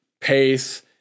pace